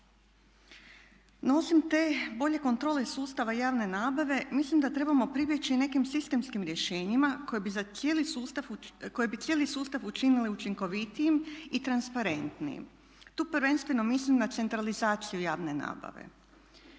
osim te bolje kontrole sustava javne nabave mislim da trebamo pribjeći i nekim sistemskim rješenjima koje bi cijeli sustav učinile učinkovitijim i transparentnijim. Tu prvenstveno mislim na centralizaciju javne nabave.